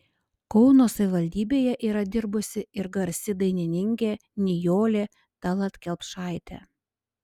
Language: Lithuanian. kauno savivaldybėje yra dirbusi ir garsi dainininkė nijolė tallat kelpšaitė